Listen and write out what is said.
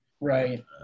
Right